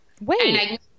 Wait